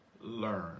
learn